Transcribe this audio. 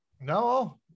No